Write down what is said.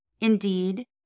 Indeed